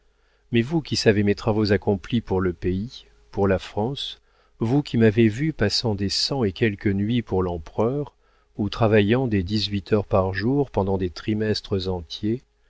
mais vous qui savez mes travaux accomplis pour le pays pour la france vous qui m'avez vu passant des cent et quelques nuits pour l'empereur ou travaillant des dix-huit heures par jour pendant des trimestres entiers